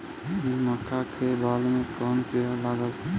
मका के बाल में कवन किड़ा लाग सकता?